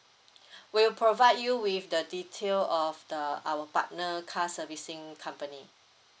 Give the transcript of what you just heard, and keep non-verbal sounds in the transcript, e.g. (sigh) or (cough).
(breath) we'll provide you with the detail of the our partner car servicing company